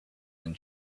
been